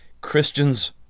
Christians